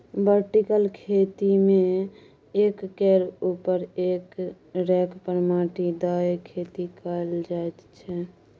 vertical खेती मे एक केर उपर एक रैक पर माटि दए खेती कएल जाइत छै